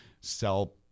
sell